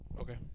Okay